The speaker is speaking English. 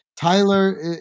Tyler